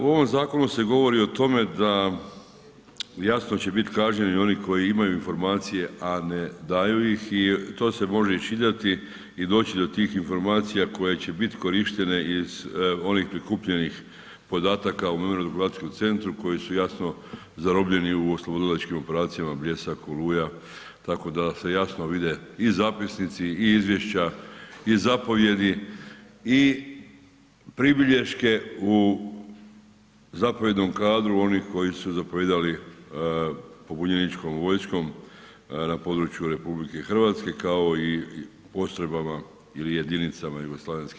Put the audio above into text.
U ovom zakonu se govori o tome da, jasno će biti kažnjeni oni koji imaju informacije, a ne daju ih i to se može iščitati i doći do tih informacija koje će biti korištene iz onih prikupljenih podataka u ... koji su jasno zarobljeni u oslobodilačkim operacijama Bljesak, Oluja, tako da se jasno vide i zapisnici i izvješća i zapovijedi i pribilješke u zapovjednom kadru onih koji su zapovijedali pobunjeničkom vojskom na području RH, kao i postrojbama ili jedinicama JNA.